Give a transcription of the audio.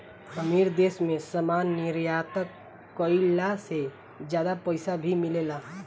अमीर देश मे सामान निर्यात कईला से ज्यादा पईसा भी मिलेला